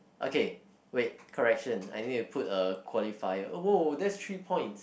okay wait correction I need to put a qualifier oh !woah! that's three points